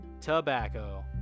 Tobacco